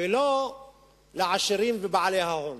ולא לעשירים ולבעלי ההון,